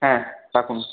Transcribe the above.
হ্যাঁ রাখুন